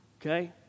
Okay